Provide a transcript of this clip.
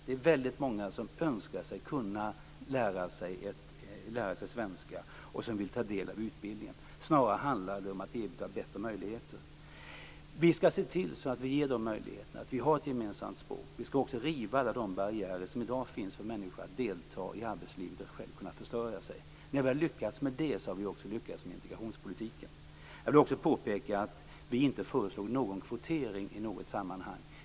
Det är väldigt många som önskar kunna lära sig svenska och som vill få del av sådan undervisning. Snarare handlar det om att erbjuda bättre möjligheter. Vi skall se till att ge dem möjligheterna till ett gemensamt språk. Vi skall också riva alla de barriärer som i dag finns för människor när det gäller att delta i arbetslivet och att själv kunna försörja sig. När vi har lyckats med det har vi också lyckats med integrationspolitiken. Jag vill också påpeka att vi inte föreslog kvotering i något sammanhang.